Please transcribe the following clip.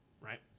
Right